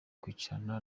kwicarana